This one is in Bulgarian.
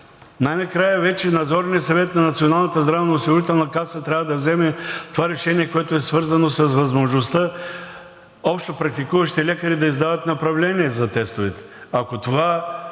най-накрая вече Надзорният съвет на Националната здравноосигурителна каса трябва да вземе това решение, което е свързано с възможността общопрактикуващите лекари да издават направление за тестовете.